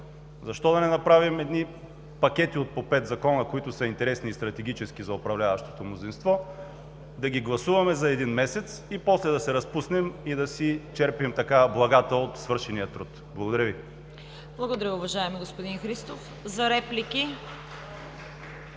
Защо да не направим едни пакети от по пет закона, които са интересни и стратегически за управляващото мнозинство, да ги гласуваме за един месец и после да се разпуснем и да си черпим благата от свършения труд? Благодаря Ви. (Ръкопляскания от „Воля“).